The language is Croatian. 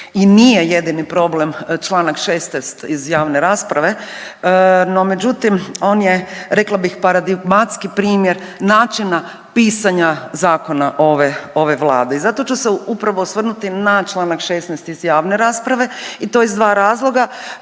i nije jedini problem članak 16. iz javne rasprave. No međutim on je rekla bih …/Govornica se ne razumije./… primjer načina pisanja zakona ove Vlade. I zato ću se upravo osvrnuti na članak 16. iz javne rasprave i to iz dva razloga.